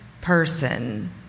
person